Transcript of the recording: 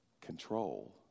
control